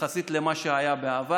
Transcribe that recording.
יחסית למה שהיה בעבר.